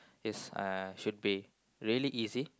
is uh should be really easy